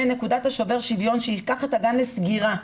נקודת שובר השוויון שייקח את הגן לסגירה.